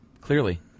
clearly